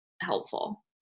helpful